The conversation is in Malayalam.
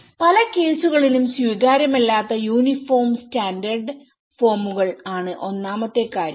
പല കേസുകളിലും സ്വീകാര്യമല്ലാത്ത യൂണിഫോം സ്റ്റാൻഡേർഡ് ഫോമുകൾ ആണ് ഒന്നാമത്തെ കാര്യം